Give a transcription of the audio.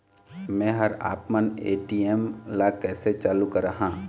मैं हर आपमन ए.टी.एम ला कैसे चालू कराहां?